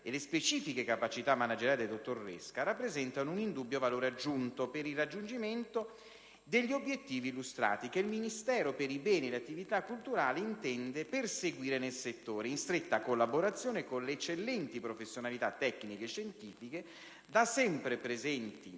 e le specifiche capacità manageriali del dottor Resca rappresentano un indubbio valore aggiunto per il raggiungimento degli obiettivi illustrati, che il Ministero per i beni e le attività culturali intende perseguire nel settore, in stretta collaborazione con le eccellenti professionalità tecniche e scientifiche da sempre presenti